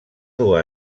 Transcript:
dur